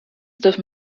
dürfen